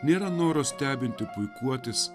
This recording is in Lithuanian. nėra noras stebinti puikuotis